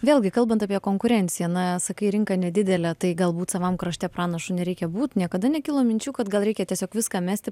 vėlgi kalbant apie konkurenciją na kai rinka nedidelė tai galbūt savam krašte pranašu nereikia būt niekada nekilo minčių kad gal reikia tiesiog viską mesti